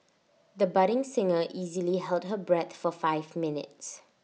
the budding singer easily held her breath for five minutes